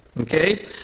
Okay